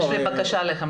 יש לי בקשה אליכם,